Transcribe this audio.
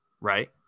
right